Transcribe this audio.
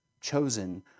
chosen